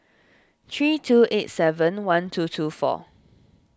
three two eight seven one two two four